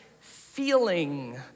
feeling